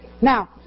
Now